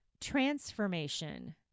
transformation